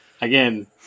Again